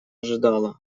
ожидала